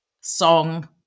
song